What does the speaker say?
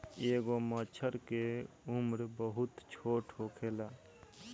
एगो मछर के उम्र बहुत छोट होखेला